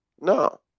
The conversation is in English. no